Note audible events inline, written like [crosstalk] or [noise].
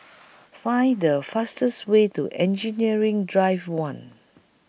[noise] Find The fastest Way to Engineering Drive one